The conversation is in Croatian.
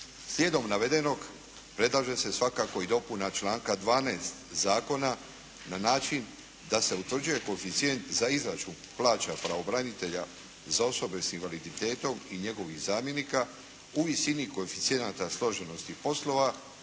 Slijedom navedenog, predlaže se svakako i dopuna članka 12. zakona na način da se utvrđuje koeficijent za izračun plaća pravobranitelja za osobe s invaliditetom i njegovih zamjenika u visini koeficijenata složenosti poslova